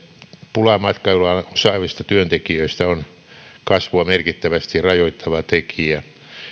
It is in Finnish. pula matkailualan osaavista työntekijöistä on kasvua merkittävästi rajoittava tekijä